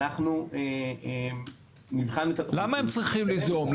אנחנו נבחן את התוכנית --- למה הם צריכים ליזום?